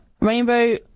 rainbow